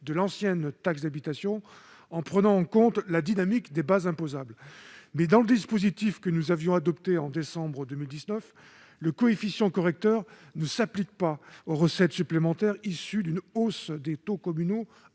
de l'ancienne taxe d'habitation, en prenant en compte la dynamique des bases imposables. Toutefois, dans le dispositif que nous avons adopté en décembre 2019, le coefficient correcteur ne s'applique pas aux recettes supplémentaires issues d'une hausse des taux communaux